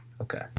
Okay